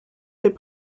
des